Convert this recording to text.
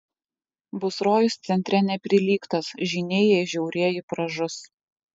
bus rojus centre neprilygtas žyniai jei žiaurieji pražus